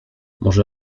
może